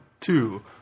Two